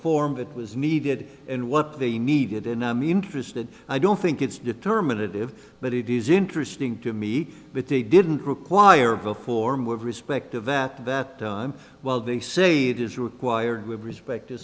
form that was needed and what they needed and i'm interested i don't think it's determinative but it is interesting to meet with they didn't require of a form of respect of that that time well they say it is required with respect to